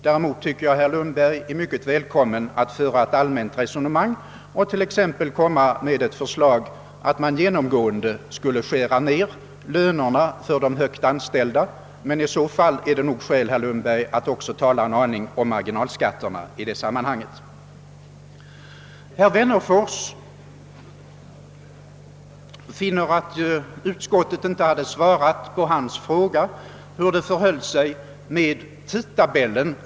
Däremot anser jag att herr Lundberg bör vara mycket välkommen att föra ett allmänt resonemang i frågan och t.ex. föreslå att lönerna för de högt avlönade genomgående skall skäras ned. Men i så fall är det nog skäl, herr Lundberg, att också tala en smula om marginalskatterna. Herr Wennerfors fann att jag inte hade svarat på hans fråga hur det förhåller sig med tidtabellen.